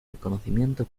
reconocimiento